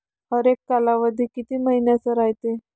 हरेक कालावधी किती मइन्याचा रायते?